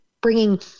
bringing